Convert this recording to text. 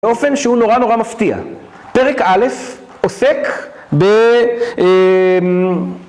באופן שהוא נורא נורא מפתיע, פרק א', עוסק ב...